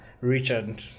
Richard